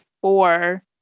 four